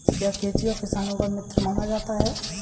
क्या केंचुआ किसानों का मित्र माना जाता है?